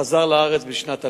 חזר לארץ בשנת 2000,